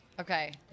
Okay